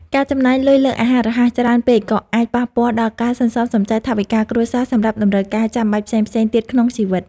ការចំណាយលុយលើអាហាររហ័សច្រើនពេកក៏អាចប៉ះពាល់ដល់ការសន្សំសំចៃថវិកាគ្រួសារសម្រាប់តម្រូវការចាំបាច់ផ្សេងៗទៀតក្នុងជីវិត។